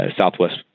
southwest